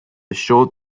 short